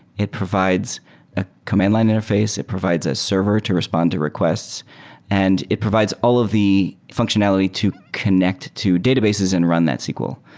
it provides a command line interface. it provides a server to respond to requests and it provides all of the functionality to connect to databases and run that sql.